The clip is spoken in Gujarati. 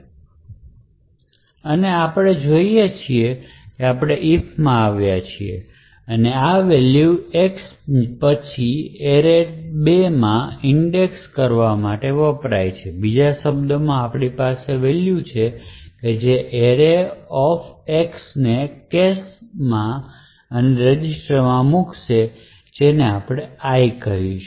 હવે આપણે જોઈએ છીએ કે આપણે if માં આવ્યા અને આ વેલ્યુ X પછી array2માં ઇન્ડેક્સ કરવા માટે વપરાય છે બીજા શબ્દોમાં આપણી પાસે આ વેલ્યુ છે જે arrayx ને કેશમાં અને રજિસ્ટરમાં મૂકશે જેને આપણે I કહીશું